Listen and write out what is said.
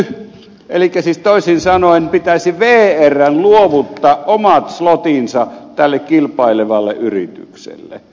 elikkä siis toisin sanoen pitäisi vrn luovuttaa omat slottinsa tälle kilpailevalle yritykselle